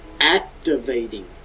activating